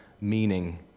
meaning